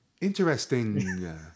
interesting